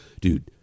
dude